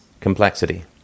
complexity